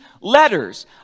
letters